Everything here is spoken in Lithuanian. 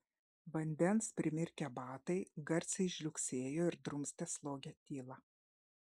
vandens primirkę batai garsiai žliugsėjo ir drumstė slogią tylą